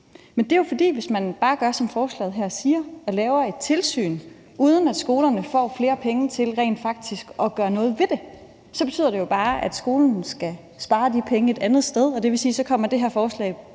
Det er jo, fordi det, hvis man bare gør, som forslaget her siger og laver et tilsyn, uden at skolerne får flere penge til rent faktisk at gøre noget ved det, så betyder jo, at skolerne skal spare de penge et andet sted, og det vil sige, at så kommer det her forslag